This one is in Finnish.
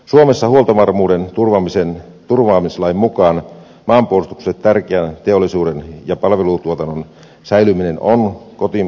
suomessa huoltovarmuuden turvaamislain mukaan maanpuolustukselle tärkeän teollisuuden ja palvelutuotannon säilyminen on kotimaassa turvattava